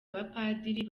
abapadiri